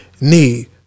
need